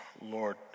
Lord